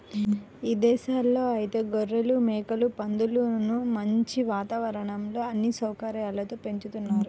ఇదేశాల్లో ఐతే గొర్రెలు, మేకలు, పందులను మంచి వాతావరణంలో అన్ని సౌకర్యాలతో పెంచుతున్నారు